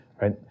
right